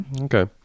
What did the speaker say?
Okay